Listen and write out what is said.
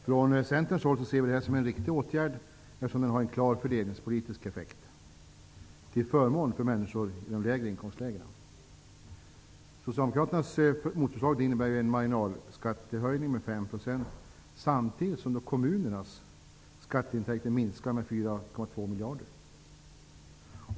Från Centerns håll ser vi det här som en riktig åtgärd, eftersom den har en klar fördelningspolitisk effekt, till förmån för människor i de lägre inkomstlägena. Socialdemokraternas motförslag innebär en marginalskattehöjning med 5 % samtidigt som kommunernas skatteintäkter minskar med 4,2 miljarder.